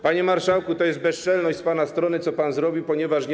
Panie marszałku, to jest bezczelność z pana strony, co pan zrobił, ponieważ nie.